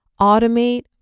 automate